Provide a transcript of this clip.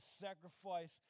sacrifice